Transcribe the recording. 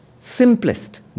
Simplest